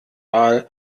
wahl